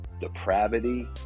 depravity